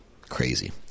Crazy